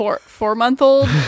Four-month-old